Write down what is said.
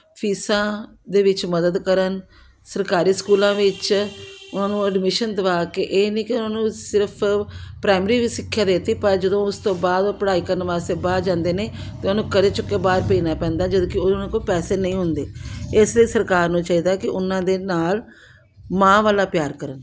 ਫੀਸਾਂ ਦੇ ਵਿੱਚ ਮਦਦ ਕਰਨ ਸਰਕਾਰੀ ਸਕੂਲਾਂ ਵਿੱਚ ਉਹਨਾਂ ਨੂੰ ਐਡਮਿਸ਼ਨ ਦਿਵਾ ਕੇ ਇਹ ਨਹੀਂ ਕਿ ਉਹਨਾਂ ਨੂੰ ਸਿਰਫ ਪ੍ਰਾਇਮਰੀ ਵਿੱਚ ਸਿੱਖਿਆ ਦੇ ਦਿੱਤੀ ਪਰ ਜਦੋਂ ਉਸ ਤੋਂ ਬਾਅਦ ਉਹ ਪੜ੍ਹਾਈ ਕਰਨ ਵਾਸਤੇ ਬਾਹਰ ਜਾਂਦੇ ਨੇ ਅਤੇ ਉਹਨੂੰ ਕਰਜ਼ਾ ਚੁੱਕ ਕੇ ਬਾਹਰ ਭੇਜਣਾ ਪੈਂਦਾ ਜਦ ਕਿ ਉਹਨਾਂ ਕੋਲ ਪੈਸੇ ਨਹੀਂ ਹੁੰਦੇ ਇਸ ਲਈ ਸਰਕਾਰ ਨੂੰ ਚਾਹੀਦਾ ਕਿ ਉਹਨਾਂ ਦੇ ਨਾਲ ਮਾਂ ਵਾਲਾ ਪਿਆਰ ਕਰਨ